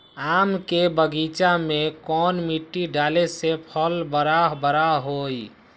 आम के बगीचा में कौन मिट्टी डाले से फल बारा बारा होई?